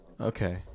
Okay